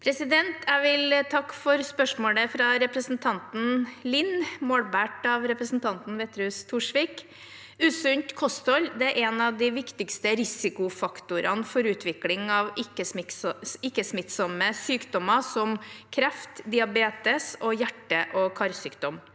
Jeg vil takke for spørsmålet fra representant Lind, målbåret av representanten Wetrhus Thorsvik. Usunt kosthold er en av de viktigste risikofaktorene for utvikling av ikke-smittsomme sykdommer som kreft, diabetes og hjerte- og karsykdom.